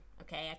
okay